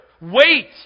Wait